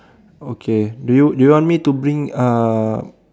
okay do you do you want me to bring uh